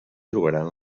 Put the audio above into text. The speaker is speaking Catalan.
trobaran